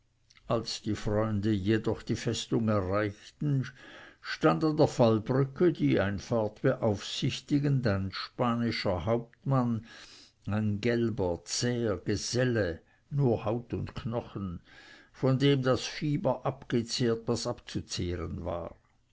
als die freunde jedoch die festung erreichten stand an der fallbrücke die einfahrt beaufsichtigend ein spanischer hauptmann ein gelber zäher geselle nur haut und knochen von dem das fieber abgezehrt was abzuzehren war